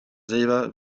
silber